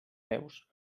peus